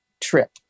trip